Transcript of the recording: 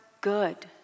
good